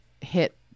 hit